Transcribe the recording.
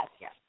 Yes